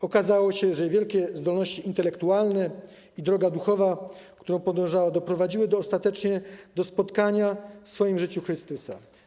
Okazało się, że jej wielkie zdolności intelektualne i droga duchowa, którą podążała, doprowadziły ją ostatecznie do spotkania w jej życiu Chrystusa.